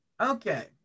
Okay